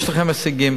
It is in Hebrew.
יש לכם הישגים.